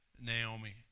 Naomi